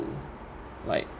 like